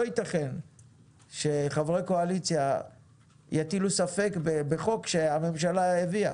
לא ייתכן שחברי קואליציה יטילו ספק בחוק שהממשלה הביאה.